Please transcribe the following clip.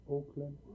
Oakland